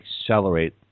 accelerate